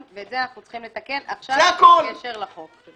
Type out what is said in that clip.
את זה אנחנו צריכים לתקן עכשיו, בלי קשר לחוק.